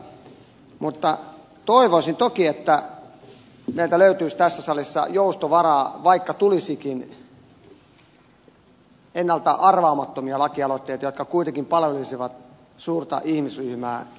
toivoisin toki että meiltä löytyisi tässä salissa joustovaraa vaikka tulisikin ennalta arvaamattomia lakialoitteita jotka kuitenkin palvelisivat suurta ihmisryhmää